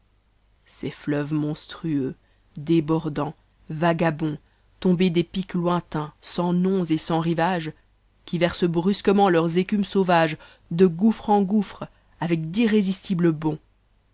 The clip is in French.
ses meuves monstrueux débordants vagabonds tombés des pics lointains sans noms et sans rivages qui versent brusquement leurs écumes sauvages de gouore en gouffre avec d'irrésistibles bonds